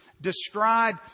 describe